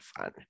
fun